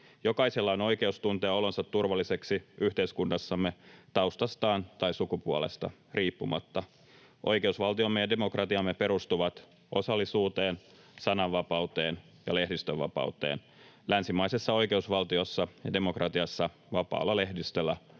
Jokaisella on oikeus tuntea olonsa turvalliseksi yhteiskunnassamme taustastaan tai sukupuolestaan riippumatta. Oikeusvaltiomme ja demokratiamme perustuvat osallisuuteen, sananvapauteen ja lehdistönvapauteen. Länsimaisessa oikeusvaltiossa ja demokratiassa vapaalla lehdistöllä